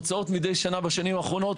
הוצאות מדי שנה בשנים האחרונות,